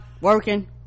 working